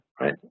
right